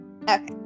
Okay